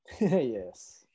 yes